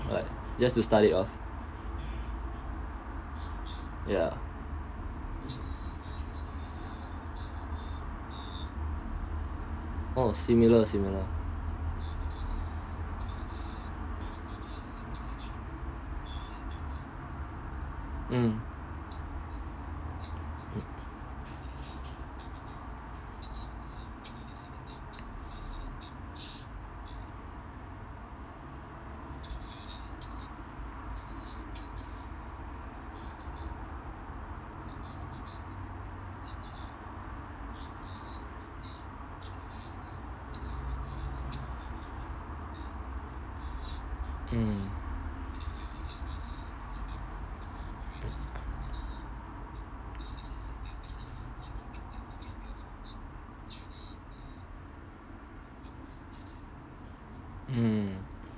like just to start it off ya oh similar oh similar mm mm hmm